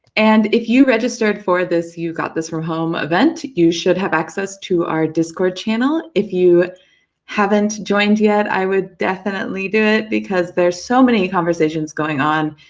and if you registered for this you got this from home event, you should have access to our discord channel. if you haven't joined yet, i would definitely do it, because there are so many conversations going on,